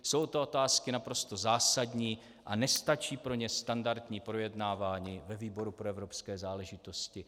Jsou to otázky naprosto zásadní a nestačí pro ně standardní projednávání ve výboru pro evropské záležitosti.